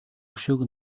өшөөг